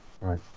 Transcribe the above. Right